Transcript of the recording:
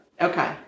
Okay